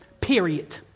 Period